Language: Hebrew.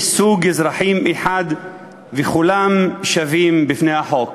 יש סוג אזרחים אחד וכולם שווים בפני החוק.